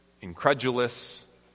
incredulous